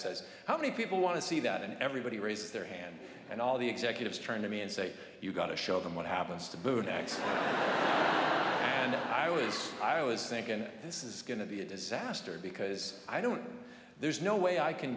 says how many people want to see that and everybody raise their hand and all the executives turn to me and say you got to show them what happens to blue next and i was i was thinking this is going to be a disaster because i don't there's no way i can